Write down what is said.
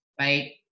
right